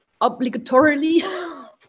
obligatorily